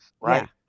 right